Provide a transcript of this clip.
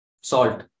Salt